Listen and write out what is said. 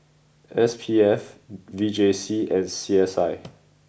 S P F V J C and C S I